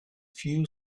few